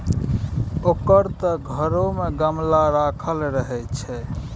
ओकर त घरो मे गमला राखल रहय छै